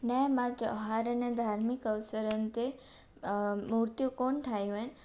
न मां त्योहारनि धार्मिक अवसरनि ते मूर्तियूं कोनि ठाहियूं आहिनि